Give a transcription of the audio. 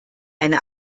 eine